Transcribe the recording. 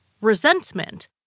resentment